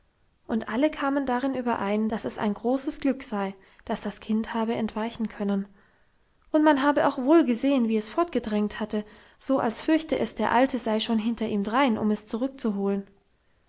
und alle kamen darin überein dass es ein großes glück sei dass das kind habe entweichen können und man habe auch wohl gesehen wie es fortgedrängt habe so als fürchte es der alte sei schon hinter ihm drein um es zurückzuholen